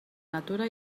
natura